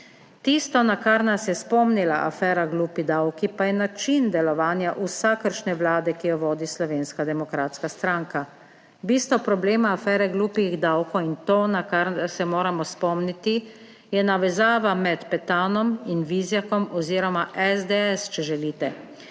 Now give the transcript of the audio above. Tisto, na kar nas je spomnila afera "glupi davki", pa je način delovanja vsakokratne vlade, ki jo vodi Slovenska demokratska stranka. Bistvo problema afere "glupih davkov - in to, na kar se moramo spomniti - je navezava med Petanom in Vizjakom oziroma SDS, če želite.